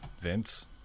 Vince